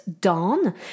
Dawn